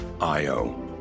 io